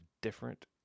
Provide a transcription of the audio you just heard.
different